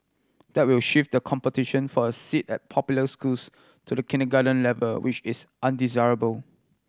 that will shift the competition for a seat at popular schools to the kindergarten level which is undesirable